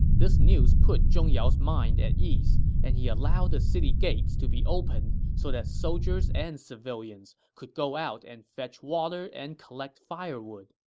this news put zhong yao's mind at ease, and he allowed the city gates to be opened so that soldiers and civilians could go out to and fetch water and collect firewood.